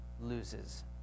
loses